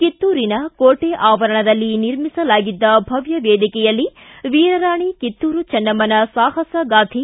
ಕಿತ್ತೂರಿನ ಕೋಟೆ ಆವರಣದಲ್ಲಿ ನಿರ್ಮಿಸಲಾಗಿದ್ದ ಭವ್ಯ ವೇದಿಕೆಯಲ್ಲಿ ವೀರ ರಾಣಿ ಕಿತ್ತೂರು ಚನ್ನಮ್ದನ ಸಾಹಸಗಾಥೆ